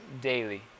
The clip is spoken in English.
daily